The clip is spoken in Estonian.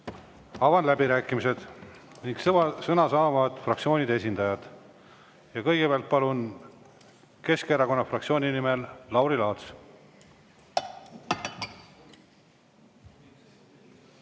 Avan läbirääkimised, sõna saavad fraktsioonide esindajad. Kõigepealt Keskerakonna fraktsiooni nimel Lauri Laats,